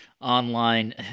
online